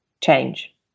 change